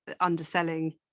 underselling